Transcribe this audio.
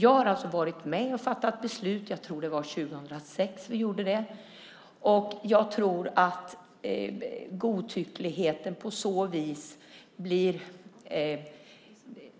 Jag har varit med och fattat beslut om den - jag tror att det var 2006 - och jag tror att utrymmet för godtycke därigenom blir